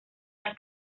las